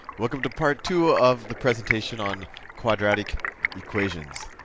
welcome to part two of the presentation on quadratic equations.